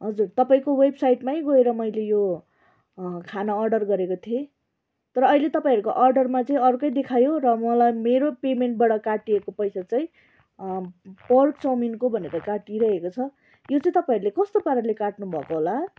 हजुर तपाईँको वेबसाइटमै गएर मैले यो खाना अर्डर गरेको थिएँ तर अहिले तपाईँहरूको अर्डरमा चाहिँ अर्कै देखायो र मलाई मेरो पेमेन्टबाट काट्टिएको पैसा चाहिँ पर्क चाउमिनको भनेर काट्टिरहेको छ यो चाहिँ तपाईँहरूले कस्तो पाराले काट्नुभएको होला